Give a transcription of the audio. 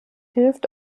hilft